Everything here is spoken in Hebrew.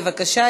בבקשה,